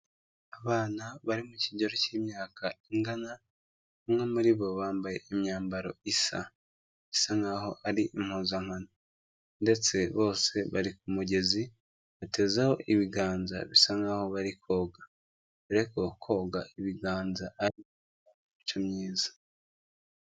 Abana bari mu kigero cy'imyaka ingana bamwe muri bo bambaye imyambaro isa, bisa nkaho ari impuzankano ndetse bose bari ku kumugezi batezeho ibiganza bisa nkaho bari koga, dore ko koga ibiganza ari imico myiza.